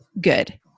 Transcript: good